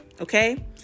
okay